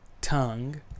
tongue